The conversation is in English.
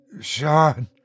Sean